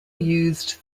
used